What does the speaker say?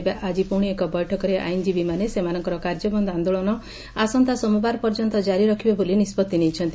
ତେବେ ଆଜି ପୁଶି ଏକ ବୈଠକରେ ଆଇନ୍ଜୀବୀମାନେ ସେମାନଙ୍କର କାର୍ଯ୍ୟବନ୍ଦ ଆଦୋଳନ ଆସନ୍ତା ସୋମବାର ପର୍ଯ୍ୟନ୍ତ କାରି ରଖିବେ ବୋଲି ନିଷ୍ବଭି ନେଇଛନ୍ତି